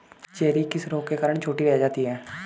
Cherry किस रोग के कारण छोटी रह जाती है?